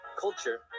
culture